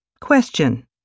Question